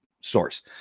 source